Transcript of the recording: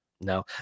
no